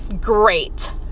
great